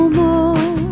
more